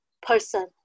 person